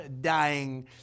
dying